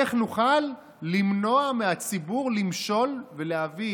איך נוכל למנוע מהציבור למשול ולהביא